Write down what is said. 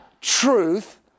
truth